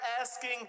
asking